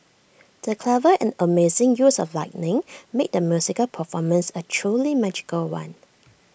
the clever and amazing use of lighting made the musical performance A truly magical one